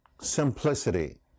simplicity